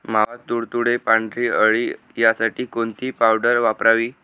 मावा, तुडतुडे, पांढरी अळी यासाठी कोणती पावडर वापरावी?